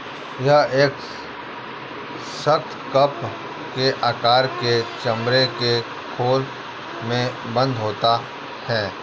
यह एक सख्त, कप के आकार के चमड़े के खोल में बन्द होते हैं